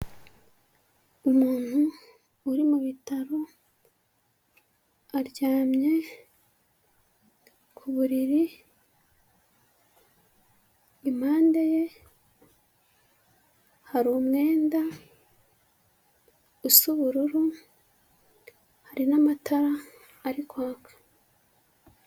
Umuntu uri mu bitaro aryamye ku buriri. Impande ye hari umwenda usa ubururu, hari n'amatara ari kwaka.